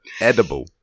edible